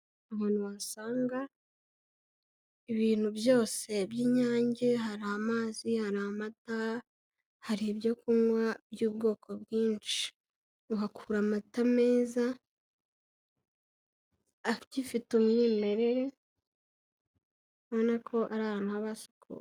Ahantu wasanga ibintu byose by'inyange, hari amazi, hari amata, hari ibyo kunywa by'ubwoko bwinshi, uhakura amata meza agifite umwimerere ubona ko ari ahantu haba hasukuye.